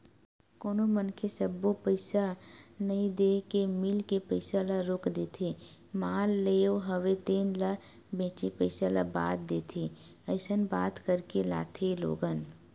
कोनो मनखे सब्बो पइसा नइ देय के मील के पइसा ल रोक देथे माल लेय हवे तेन ल बेंचे पइसा ल बाद देथे अइसन बात करके लाथे लोगन